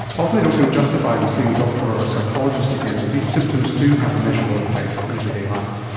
often they don't feel justified in seeing a doctor or a psychologist again, but these symptoms do have a measurable effect on everyday life.